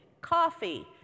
Coffee